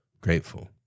Grateful